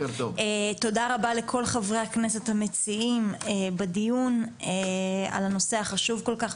תודה רבה לכל חברי הכנסת המציעים בדיון על הנושא החשוב כל כך,